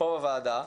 פה בוועדה,